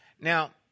Now